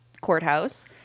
courthouse